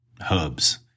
hubs